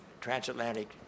Transatlantic